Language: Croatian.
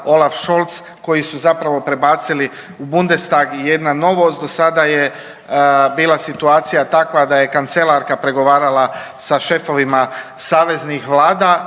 Olaf Scholz koji su zapravo prebacili u Bundestag je jedna novost. Do sada je bila situacija takva da je kancelarka pregovarala sa šefovima saveznih vlada,